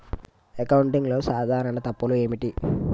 అకౌంటింగ్లో సాధారణ తప్పులు ఏమిటి?